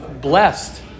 blessed